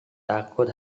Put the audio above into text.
takut